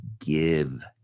give